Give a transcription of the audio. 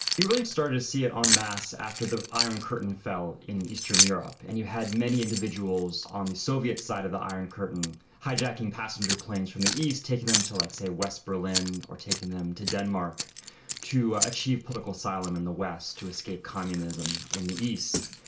you really started to see it en masse after the iron curtain fell in eastern europe. and you had many individuals on the soviet side of the iron curtain hijacking passenger planes from the east, taking them to, like say, west berlin or taking them to denmark to achieve political asylum in the west, to escape communism in the east.